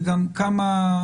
למשל,